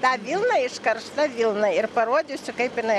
tą vilną iškaršta vilna ir parodysiu kaip jinai